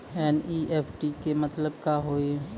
NEFT के मतलब का होव हेय?